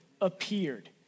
appeared